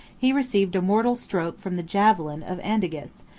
he received a mortal stroke from the javelin of andages,